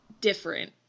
different